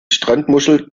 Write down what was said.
strandmuschel